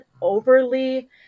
overly